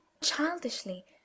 childishly